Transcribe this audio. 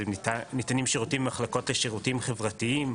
אז ניתנים שירותים במחלקות לשירותים חברתיים.